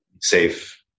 safe